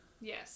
yes